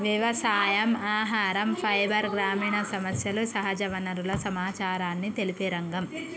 వ్యవసాయం, ఆహరం, ఫైబర్, గ్రామీణ సమస్యలు, సహజ వనరుల సమచారాన్ని తెలిపే రంగం